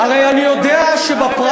הרי אני יודע שבפריימריז,